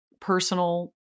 personal